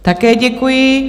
Také děkuji.